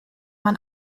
man